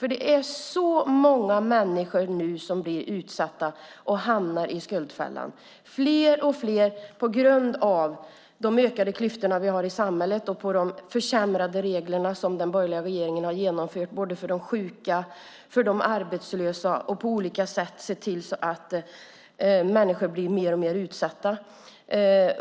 Det är nu så många människor som blir utsatta och hamnar i skuldfällan på grund av de ökade klyftorna i samhället och på grund av de regelförsämringar som den borgerliga regeringen har genomfört för de sjuka och de arbetslösa. Man har på olika sätt sett till att människor blir mer och mer utsatta.